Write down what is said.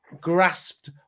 grasped